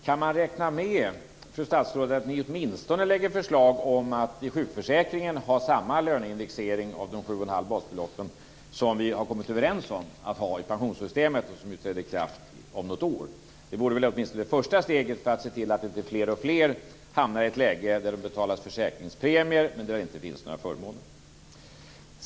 Kan man räkna med, fru statsråd, att ni åtminstone lägger fram förslag om att ha samma löneindexering av de 7 1⁄2 basbeloppen i sjukförsäkringen som vi har kommit överens om att ha i pensionssystemet? Det träder ju i kraft om något år. Det vore åtminstone ett första steg för att se till inte fler och fler hamnar i ett läge där de betalat försäkringspremier men där det inte finns några förmåner.